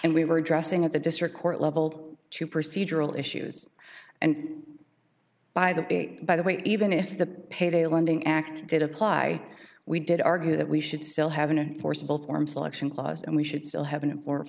and we were addressing at the district court level to proceed rural issues and by the by the way even if the payday lending act did apply we did argue that we should still have a forcible form selection clause and we should still have an